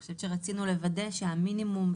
אני חושבת שרצינו לוודא שהמינימום,